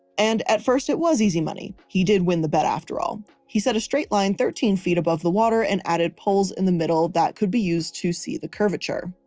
and at first it was easy money. he did win the bet after all. he set a straight line thirteen feet above the water and added poles in the middle that could be used to see the curvature.